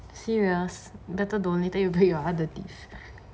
serious better don't later you break your other teeth